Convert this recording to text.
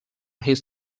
his